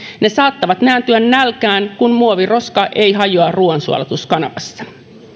ne saattavat nääntyä nälkään kun muoviroska ei hajoa ruuansulatuskanavassa